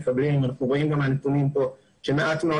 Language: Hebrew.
אנחנו רואים גם מהנתונים פה שמעט מאוד